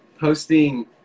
posting